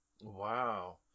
Wow